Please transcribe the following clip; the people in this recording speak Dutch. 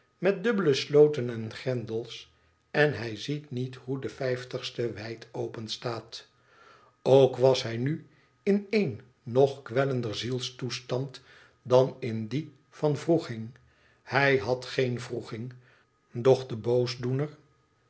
met dubbele sloten en grendels en hij ziet niet hoe de vijftigste wijd open staat ook was hij nu in een nog kwellender zielstoestand dan in dien van wroeging hij had geen wroeging doch de boosdoener